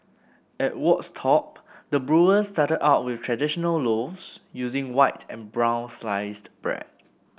at Wolds Top the brewers started out with traditional loaves using white and brown sliced bread